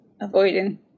avoiding